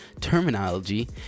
terminology